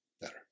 better